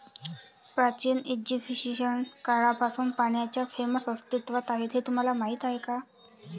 प्राचीन इजिप्शियन काळापासून पाण्याच्या फ्रेम्स अस्तित्वात आहेत हे तुम्हाला माहीत आहे का?